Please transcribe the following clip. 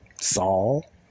Saul